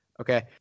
Okay